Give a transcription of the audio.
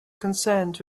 concerned